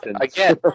again